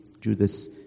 Judas